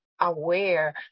aware